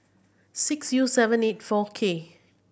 six U seven eight four K